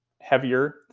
heavier